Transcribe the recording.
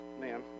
Man